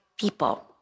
people